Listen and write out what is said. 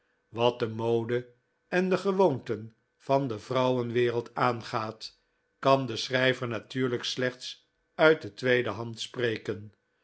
wat de mode en de gewoonten van de vrouwenwereld aangaat kan de schrijver natuurlijk slechts uit de tweede hand spreken